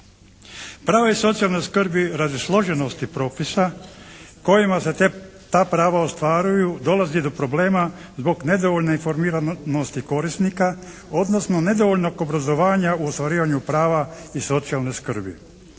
Prava iz socijalne skrbi radi složenosti propisa kojima se ta prava ostvaruju dolazi do problema zbog nedovoljne informiranosti korisnika odnosno nedovoljnog obrazovanja u ostvarivanju prava iz socijalne skrbi.